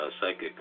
psychic